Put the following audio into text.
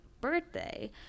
birthday